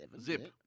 Zip